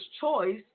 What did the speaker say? Choice